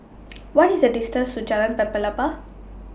What IS The distance to Jalan Pelepah